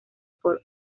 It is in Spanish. por